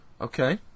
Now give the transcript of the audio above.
Okay